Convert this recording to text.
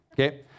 okay